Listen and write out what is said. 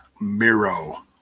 Miro